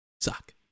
suck